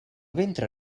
ventre